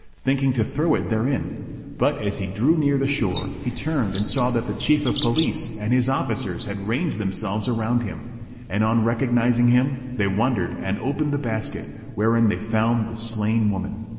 thinking to throw it therein but as he drew near the shore, he turned and saw that the chief of police and his officers had ranged themselves around him and, on recognising him, they wondered and opened the basket, wherein they found the slain woman.